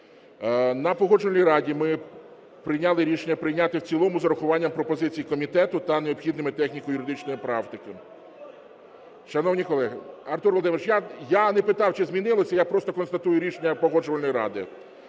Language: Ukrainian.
На Погоджувальній раді ми прийняли рішення прийняти в цілому з урахуванням пропозицій комітету та необхідними техніко-юридичними правками. Шановні колеги… Артур Володимирович, я не питав чи змінилося, я просто констатую рішення Погоджувальної ради.